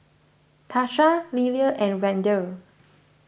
Tarsha Lelia and Wendel